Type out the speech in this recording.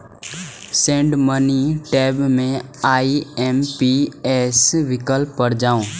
send money tab मे IMPS विकल्प पर जाउ